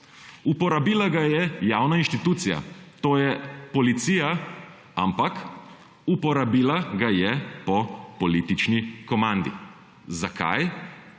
Uporabila ga je javna inštitucija, tj. policija, ampak uporabila ga je po politični komandi. Zakaj?